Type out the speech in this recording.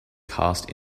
cast